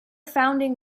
founding